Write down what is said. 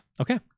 Okay